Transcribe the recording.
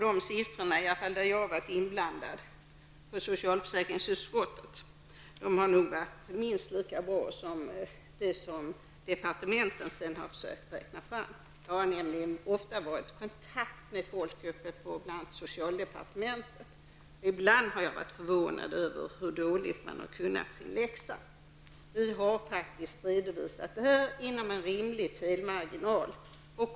De siffror där jag har varit inblandad i socialförsäkringsutskottet har varit minst lika bra som de som departementet har försökt att räkna fram. Jag har ofta varit i kontakt med folk på socialdepartementet. Ibland har jag blivit förvånad över hur dåligt de har kunnat sin läxa. Vi har gjort en redovisning inom en rimlig felmarginal.